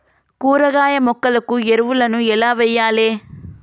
కూరగాయ మొక్కలకు ఎరువులను ఎలా వెయ్యాలే?